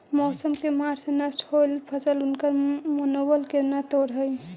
मौसम के मार से नष्ट होयल फसल उनकर मनोबल के न तोड़ हई